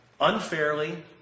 unfairly